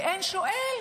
ואין שואל